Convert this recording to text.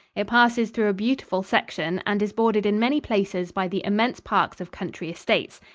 it passes through a beautiful section and is bordered in many places by the immense parks of country estates.